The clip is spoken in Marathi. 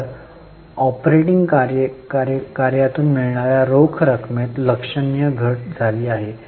तर ऑपरेटिंग कार्यातून मिळणार्या रोख रकमेत लक्षणीय घट झाली आहे